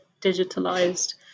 digitalized